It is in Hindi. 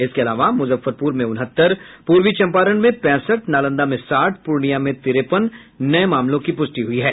इसके अलावा मुजफ्फरपुर में उनहत्तर पूर्वी चंपारण में पैंसठ नालंदा में साठ पूर्णिया में तिरेपन नये मामलों की पुष्टि हुई है